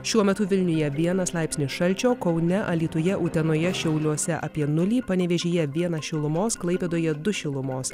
šiuo metu vilniuje vienas laipsnio šalčio kaune alytuje utenoje šiauliuose apie nulį panevėžyje vienas šilumos klaipėdoje du šilumos